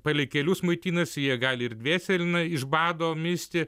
palei kelius maitinasi jie gali ir dvėselieną iš bado misti